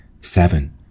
Seven